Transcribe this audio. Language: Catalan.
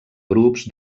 grups